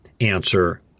answer